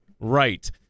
Right